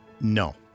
No